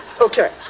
Okay